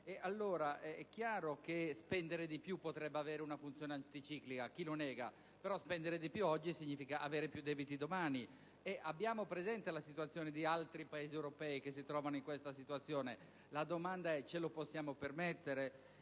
Allora, è chiaro che spendere di più potrebbe avere una funzione anticiclica (chi lo nega?): però, spendere di più oggi significa avere più debiti domani. E abbiamo presente la situazione di altri Paesi europei che si trovano in quella condizione. La domanda è: ce lo possiamo permettere?